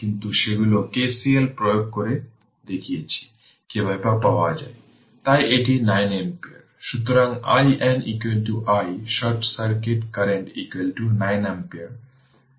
সুতরাং half C হল 20 10 এর পাওয়ার 3 ফ্যারাড এবং V0 স্কোয়ার তাই 15 স্কোয়ার হল 225 ভোল্ট